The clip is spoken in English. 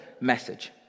message